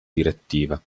direttiva